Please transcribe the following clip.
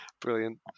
brilliant